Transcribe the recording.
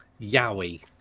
Yowie